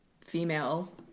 female